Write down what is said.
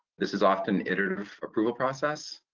this is often iterative approval process,